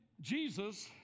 Jesus